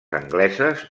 angleses